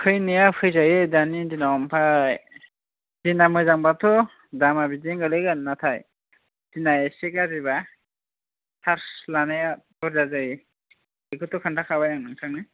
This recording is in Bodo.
फैनाया फैजायो दानि दिनाव ओमफ्राय दिना मोजां बाथ' दामा बिदिनो गोलैगोन नाथाय दिना एसे गाज्रिबा चार्ज लानाया बुरजा जायो बेखौथ' खिन्थाखाबाय आं नोंथांनो